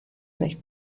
nicht